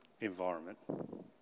Environment